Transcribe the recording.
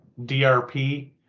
DRP